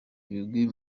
ibigwi